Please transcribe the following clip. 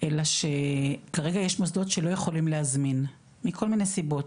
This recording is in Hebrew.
אלא שכרגע יש מוסדות שלא יכולים להזמין מכל מיני סיבות,